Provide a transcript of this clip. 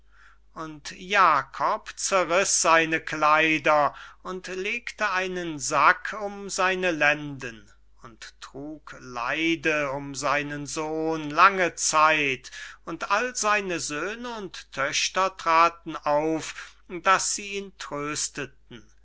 und jakob zerriß seine kleider und legte einen sack um seine lenden und trug leide um seinen sohn lange zeit und all seine söhne und töchter traten auf daß sie ihn trösteten